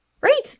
Right